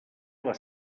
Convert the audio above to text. les